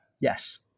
Yes